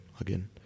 again